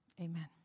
Amen